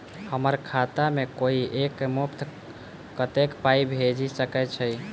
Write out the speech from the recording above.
हम्मर खाता मे कोइ एक मुस्त कत्तेक पाई भेजि सकय छई?